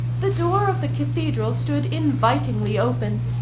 the door of the cathedral stood invitingly open.